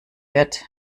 wird